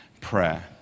prayer